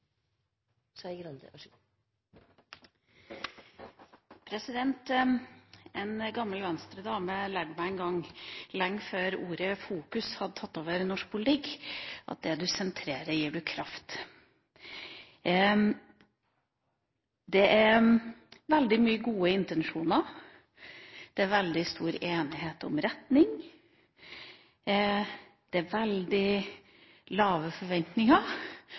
En gammel Venstre-dame lærte meg en gang lenge før ordet «fokus» hadde tatt over i norsk politikk, at det man sentrerer, gir man kraft. Det er veldig mange gode intensjoner, det er veldig stor enighet om retning, det er veldig lave forventninger,